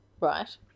Right